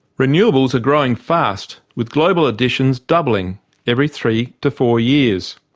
renewables are growing fast with global additions doubling every three to four years.